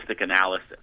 analysis